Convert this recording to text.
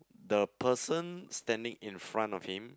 the person standing in front of him